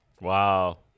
Wow